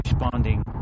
responding